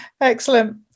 excellent